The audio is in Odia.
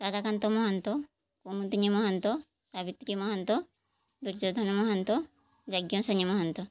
ରାଧାକାନ୍ତ ମହାନ୍ତ କୁମୁଦିନୀ ମହାନ୍ତ ସାବିତ୍ରୀ ମହାନ୍ତ ଦୁର୍ଯୋଧନ ମହାନ୍ତ ଯାଜ୍ଞସନୀ ମହାନ୍ତ